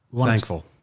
thankful